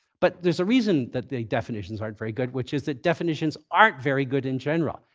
but there's a reason that the definitions aren't very good, which is that definitions aren't very good in general.